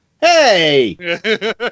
Hey